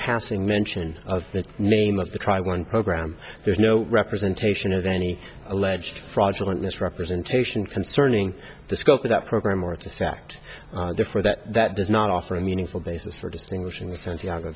passing mention of the name of the trial one program there's no representation of any alleged fraudulent misrepresentation concerning the scope of that program or it's a fact therefore that that does not offer a meaningful basis for distinguishing the santiago